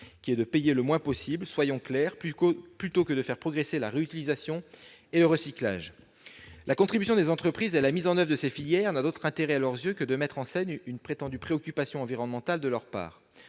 clairs -de payer le moins possible, plutôt que de faire progresser la réutilisation et le recyclage. La contribution des entreprises à la mise en oeuvre de ces filières n'a d'autre intérêt à leurs yeux que de mettre en scène une prétendue préoccupation environnementale. Or les